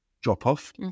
drop-off